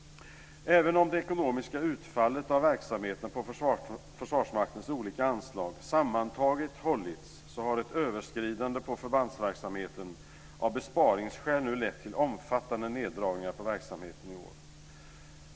Även om det ekonomiska utfallet av verksamheten på Försvarsmaktens olika anslag sammantaget hållits har ett överskridande på förbandsverksamheten av besparingsskäl nu lett till omfattande neddragningar på verksamheten i år.